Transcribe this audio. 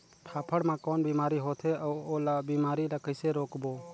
फाफण मा कौन बीमारी होथे अउ ओला बीमारी ला कइसे रोकबो?